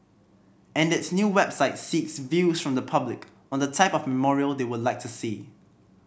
and its new website seeks view from the public on the type of memorial they would like to see